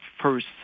first